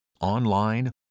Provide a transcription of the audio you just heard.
online